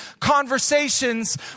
conversations